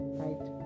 right